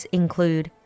include